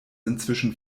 inzwischen